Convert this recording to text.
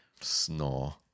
Snore